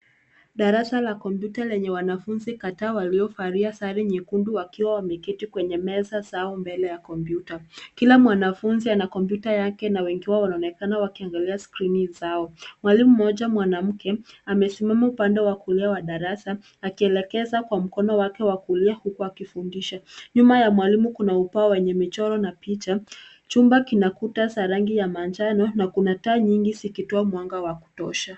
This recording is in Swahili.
Darasa la kompyuta lenye wanafunzi kadhaa waliovalia sare nyekundu wakiwa wameketi kwenye meza zao mbele ya kompyuta. Kila mwanafunzi ana kompyuta yake na wengi wao wanaonekana wakiangalia skrini zao. Mwalimu mmoja mwanamke amesimama upande wa kulia wa darasa, akielekeza kwa mkono wake wa kulia huku akifundisha. Nyuma ya mwalimu kuna ubao wenye michoro na picha. Chumba kina kuta za rangi ya manjano na kuna taa nyingi zikitoa mwanga wa kutosha.